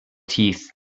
teeth